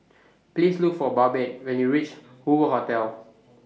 Please Look For Babette when YOU REACH Hoover Hotel